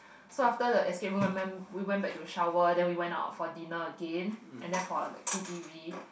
so after the escape room we went we went back to shower then we went out for dinner again and then for a K_T_V